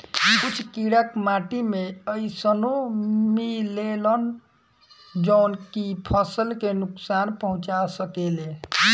कुछ कीड़ा माटी में अइसनो मिलेलन जवन की फसल के नुकसान पहुँचा सकेले